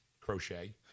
crochet